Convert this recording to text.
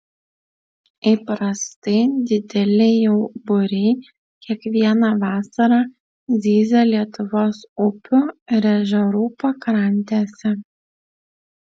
įprastai dideli jų būriai kiekvieną vasarą zyzia lietuvos upių ir ežerų pakrantėse